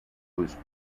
was